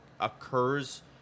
occurs